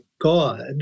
God